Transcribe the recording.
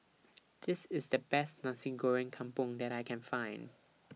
This IS The Best Nasi Goreng Kampung that I Can Find